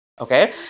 okay